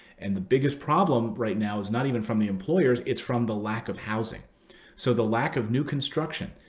and the biggest problem right now is not even from the employers. it's from the lack of housing so the lack of new construction.